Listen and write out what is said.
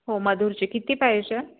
हो मधुरची किती पाहिजे